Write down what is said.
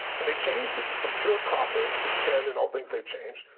when they changed from pure copper to tin and all things they changed,